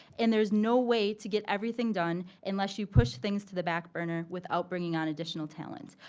and there's no way to get everything done unless you push things to the back burner without bring on additional talent.